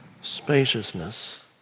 spaciousness